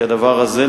כי הדבר הזה,